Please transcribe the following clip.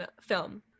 film